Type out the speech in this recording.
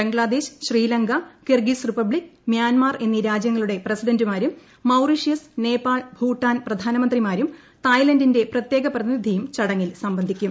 Bangladesh Sri Lanka Kyrgyz Republic Myanmar എന്നീ രാജ്യങ്ങളുടെ പ്രസിഡന്റുമാരും മൌറീഷ്യസ് നേപ്പാൾ ഭൂട്ടാൻ പ്രധാനമന്ത്രിമാരും തായ്ലന്റിന്റെ പ്രത്യേക പ്രതിനിധിയും ചടങ്ങിൽ സംബന്ധിക്കും